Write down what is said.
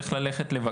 אלא צריך ללכת לבקש.